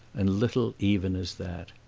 and little even as that.